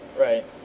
Right